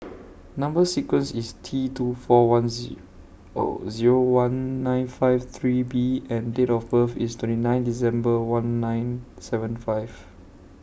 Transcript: Number sequence IS T two four one Z O Zero one nine five three B and Date of birth IS twenty nine December one nine seven five